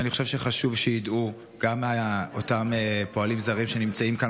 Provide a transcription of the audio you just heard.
ואני חושב שחשוב שידעו גם אותם פועלים זרים שנמצאים כאן,